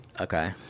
okay